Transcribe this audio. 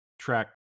track